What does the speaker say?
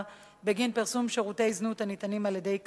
בגין פרסום שירותי זנות הניתנים על-ידי קטין.